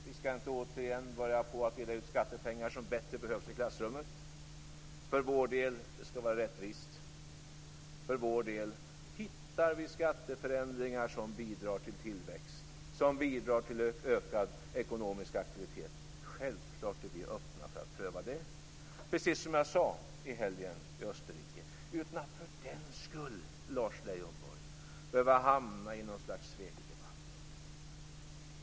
Vi skall inte återigen börja dela ut skattepengar som bättre behövs i klassrummet. För vår del skall det vara rättvist. Hittar vi skatteförändringar som bidrar till tillväxt och ökad ekonomisk aktivitet är vi självklart öppna för att pröva dem. Precis som jag sade i helgen i Österrike är vi öppna för att pröva detta utan att för den skull, Lars Leijonborg, behöva hamna i något slags svekdebatt.